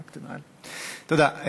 תודה.